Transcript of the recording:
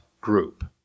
group